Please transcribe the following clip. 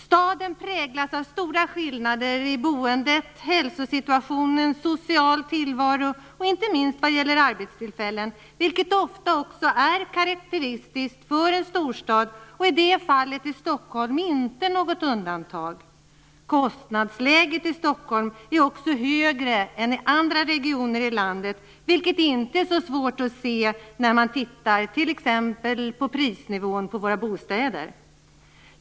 Staden präglas av stora skillnader i boende, hälsosituation, social tillvaro och inte minst arbetstillfällen, vilket ofta också är karakteristiskt för en storstad. I det fallet är Stockholm inte något undantag. Kostnadsläget i Stockholm är också högre än i andra regioner i landet, vilket inte är så svårt att se när man tittar t.ex. på prisnivån på våra bostäder.